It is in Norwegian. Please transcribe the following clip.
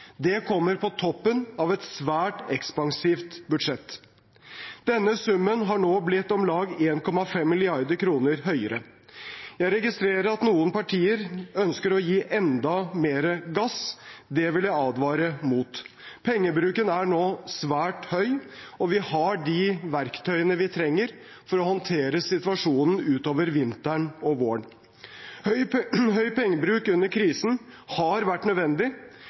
Det kommer på toppen av et svært ekspansivt budsjett. Denne summen har nå blitt omlag 1,5 mrd. kr høyere. Jeg registrerer at noen partier ønsker å gi enda mer gass. Det vil jeg advare mot. Pengebruken er nå svært høy, og vi har de verktøyene vi trenger for å håndtere situasjonen ut over vinteren og våren. Høy pengebruk under krisen har vært nødvendig,